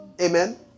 Amen